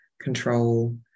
control